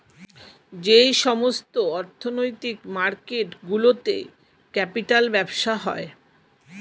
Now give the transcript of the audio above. যেই সমস্ত অর্থনৈতিক মার্কেট গুলোতে ক্যাপিটাল ব্যবসা হয়